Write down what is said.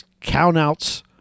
countouts